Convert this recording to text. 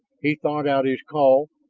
he thought out his call,